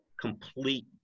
complete